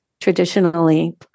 traditionally